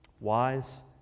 Wise